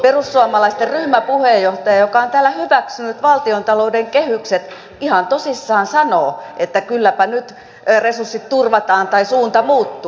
perussuomalaisten ryhmäpuheenjohtaja joka on täällä hyväksynyt valtiontalouden kehykset ihan tosissaan sanoo että kylläpä nyt resurssit turvataan tai suunta muuttuu